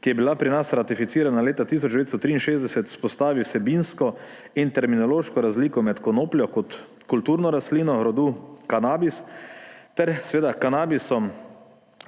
ki je bila pri nas ratificirana leta 1963, vzpostavi vsebinsko in terminološko razliko med konopljo kot kulturno rastlino rodu Cannabis ter kanabisom